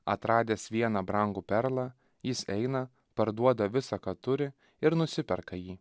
atradęs vieną brangų perlą jis eina parduoda visa ką turi ir nusiperka jį